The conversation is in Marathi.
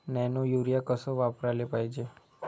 नैनो यूरिया कस वापराले पायजे?